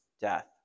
death